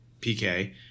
PK